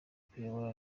kuyobora